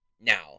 now